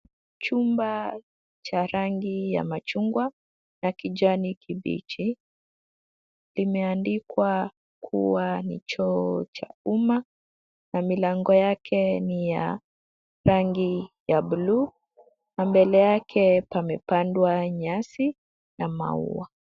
Chumba cha rangi ya machungwa na kijani kibichi. Imeandikwa kuwa ni choo cha umma na milango yake ni ya rangi ya blue na mbele yake pamepandwa nyasi na maua.